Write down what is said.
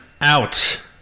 out